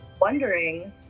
wondering